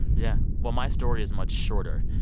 yeah, well, my story is much shorter.